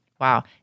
Wow